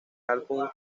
álbum